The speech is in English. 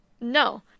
No